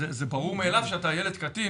זה ברור מאליו שילד קטין,